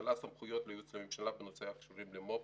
ממשלה סמכויות ייעוץ לממשלה בנושאים הקשורים למו"פ,